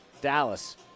dallas